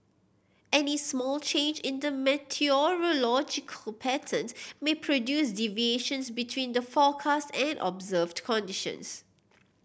any small change in the meteorological patterns may produce deviations between the forecast and observed conditions